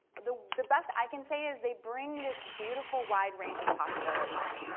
the the best i can say is they bring this beautiful wide range of possibilities.